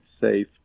safe